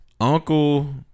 Uncle